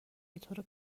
بطور